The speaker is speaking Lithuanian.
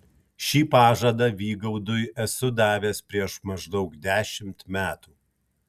šį pažadą vygaudui esu davęs prieš maždaug dešimt metų